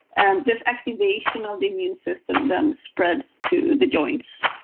and this activation of the immune system then spreads to the joints.